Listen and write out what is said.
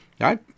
right